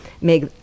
make